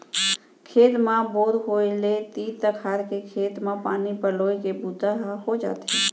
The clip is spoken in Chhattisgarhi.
खेत म बोर होय ले तीर तखार के खेत म पानी पलोए के बूता ह हो जाथे